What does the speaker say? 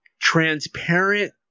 transparent